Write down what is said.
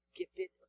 gifted